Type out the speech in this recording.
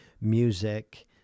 music